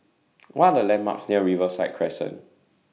What Are The landmarks near Riverside Crescent